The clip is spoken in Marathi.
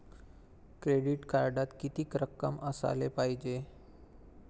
क्रेडिट कार्डात कितीक रक्कम असाले पायजे?